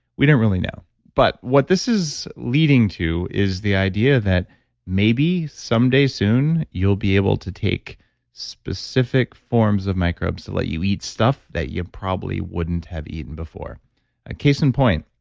we didn't really know, but what this is leading to is the idea that maybe someday soon, you'll be able to take specific forms of microbes to let you eat stuff that you probably wouldn't have eaten before ah case in point.